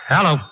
Hello